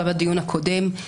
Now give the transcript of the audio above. גם הדיון הקודם,